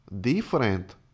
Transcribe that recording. different